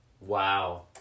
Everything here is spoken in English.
Wow